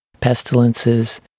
pestilences